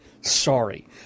Sorry